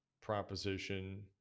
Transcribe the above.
proposition